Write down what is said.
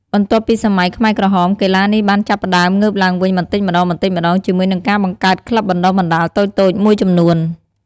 បន្ទាប់ពីសម័យខ្មែរក្រហម កីឡានេះបានចាប់ផ្ដើមងើបឡើងវិញបន្តិចម្ដងៗជាមួយនឹងការបង្កើតក្លឹបបណ្ដុះបណ្ដាលតូចៗមួយចំនួន។